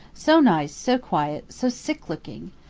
so nice, so quiet, so sick-looking!